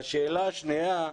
והשאלה השנייה,